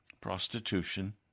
prostitution